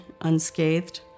unscathed